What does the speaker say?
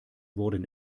wurden